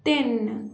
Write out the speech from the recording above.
ਤਿੰਨ